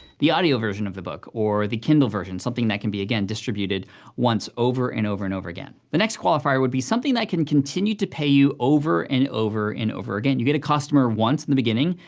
the audio version of the book, or the kindle version, something that can be, again, distributed once, over and over and over again. the next qualifier would be something that can continue to pay you, over and over and over again. you get a customer once, in the beginning,